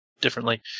differently